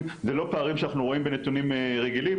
זה לא פערים שאנחנו רואים בנתונים רגילים,